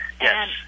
yes